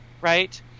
right